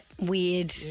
weird